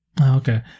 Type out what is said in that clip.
Okay